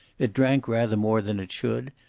it drank rather more than it should,